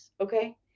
okay